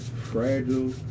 Fragile